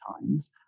times